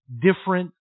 different